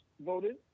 voted